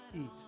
eat